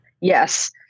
Yes